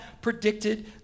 predicted